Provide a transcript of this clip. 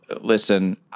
listen